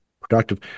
productive